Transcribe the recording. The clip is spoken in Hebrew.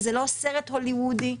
וזה לא סרט הוליוודי,